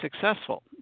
successful